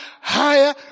higher